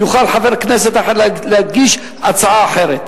יוכל חבר כנסת אחר להגיש הצעה אחרת.